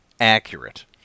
accurate